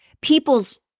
people's